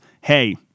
hey